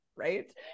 Right